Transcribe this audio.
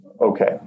Okay